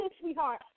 sweetheart